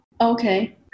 Okay